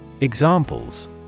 Examples